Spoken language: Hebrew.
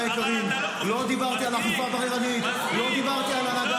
הוא מערער על הסמכות שלך --- זה לא מקובל.